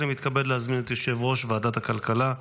אני מתכבד להזמין את יושב-ראש ועדת הכלכלה,